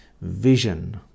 vision